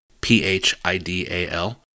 P-H-I-D-A-L